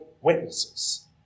witnesses